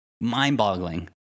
mind-boggling